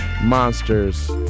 monsters